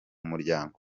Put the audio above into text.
muryango